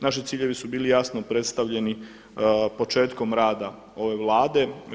Naši ciljevi su bili jasno predstavljeni početkom rada ove Vlade.